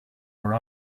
were